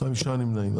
5 נמנעים.